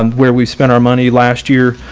and where we spend our money last year.